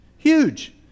huge